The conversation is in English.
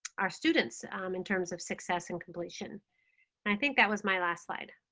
our students in terms of success and completion. and i think that was my last slide.